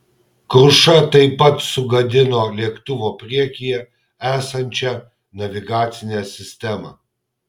kruša taip pat sugadino lėktuvo priekyje esančią navigacinę sistemą